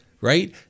right